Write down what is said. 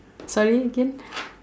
sorry again